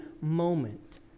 moment